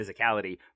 physicality